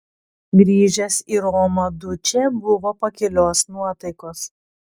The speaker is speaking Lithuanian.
grįžęs į romą dučė buvo pakilios nuotaikos